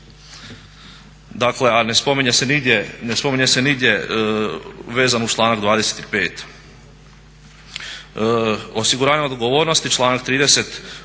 nigdje, ne spominje se nigdje vezao uz članak 25.